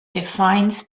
defines